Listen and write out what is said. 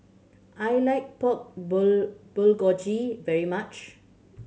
I like Pork Bulgogi very much